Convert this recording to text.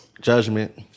judgment